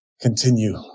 continue